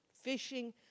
Fishing